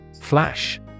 Flash